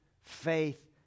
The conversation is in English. faith